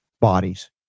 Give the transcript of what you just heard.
bodies